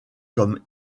comme